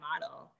model